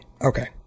okay